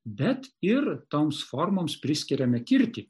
bet ir toms formoms priskiriame kirtį